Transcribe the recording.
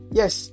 yes